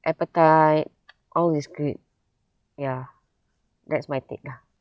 appetite all is good ya that's my take lah